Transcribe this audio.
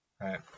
right